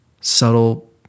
subtle